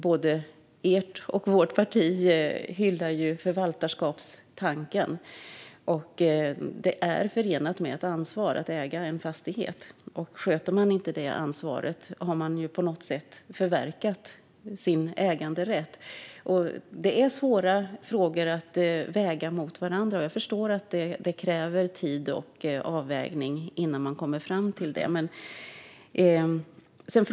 Både ert och vårt parti hyllar ju förvaltarskapstanken. Det är förenat med ansvar att äga en fastighet, och om man inte tar det ansvaret har man på något sätt förverkat sin äganderätt. Det är svåra frågor att väga mot varandra, och jag förstår att det kräver tid och avvägning innan man kommer fram till något.